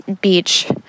beach